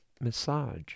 massage